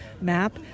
map